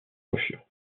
coiffures